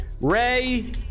Ray